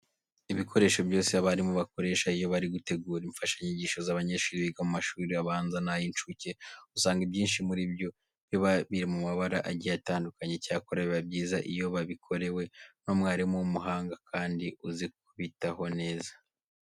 Ibikoresho byose abarimu bakoresha iyo bari gutegura imfashanyigisho z'abanyeshuri biga mu mashuri abanza n'ay'incuke, usanga ibyinshi muri byo biba biri mu mabara agiye atandukanye. Icyakora biba byiza iyo babikorewe n'umwarimu w'umuhanga kandi uzi kubitaho neza.